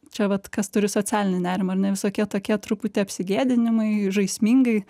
čia vat kas turi socialinį nerimą ar ne visokie tokie truputį apsigėdinimai žaismingai